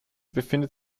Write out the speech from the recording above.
befindet